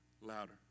Louder